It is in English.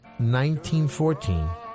1914